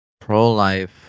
pro-life